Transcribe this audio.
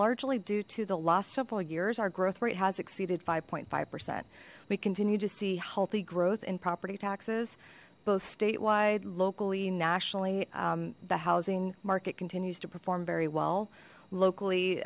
largely due to the last several years our growth rate has exceeded five point five percent we continue to see healthy growth in property taxes both statewide locally nationally the housing market continues to perform very well locally